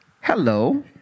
Hello